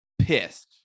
pissed